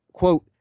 quote